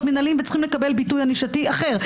מינהליים וצריכים לקבל ביטוי ענישתי אחר.